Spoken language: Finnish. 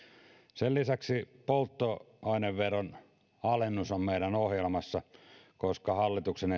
sen lisäksi polttoaineveron alennus on meidän ohjelmassa koska hallituksen